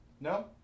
No